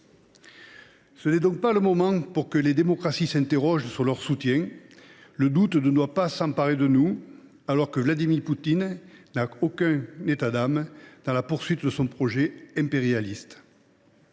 Ce n’est donc pas le moment pour les démocraties de s’interroger quant à leur soutien. Le doute ne doit pas s’emparer de nous, alors que Vladimir Poutine n’a aucun état d’âme à poursuivre son projet impérialiste.